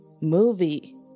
Movie